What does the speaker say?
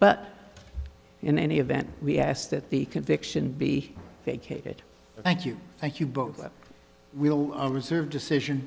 but in any event we asked that the conviction be vacated thank you thank you both we'll reserve decision